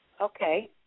Okay